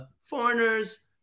foreigners